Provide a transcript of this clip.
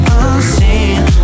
unseen